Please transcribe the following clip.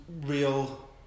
real